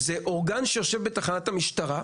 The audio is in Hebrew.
זה אורגן שיושב בתוך תחנת המשטרה,